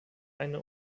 eine